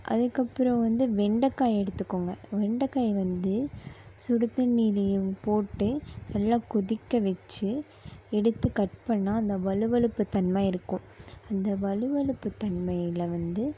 அதுக்கப்புறம் வந்து வெண்டக்காய் எடுத்துக்கோங்க வெண்டக்காயை வந்து சுடு தண்ணிலையும் போட்டு நல்லா கொதிக்க வச்சு எடுத்து கட் பண்ணிணா அந்த வழுவழுப்பு தன்மை இருக்கும் அந்த வழுவழுப்பு தன்மையில் வந்து